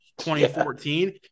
2014